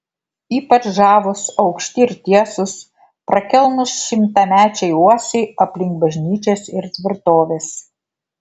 ypač žavūs aukšti ir tiesūs prakilnūs šimtamečiai uosiai aplink bažnyčias ir tvirtoves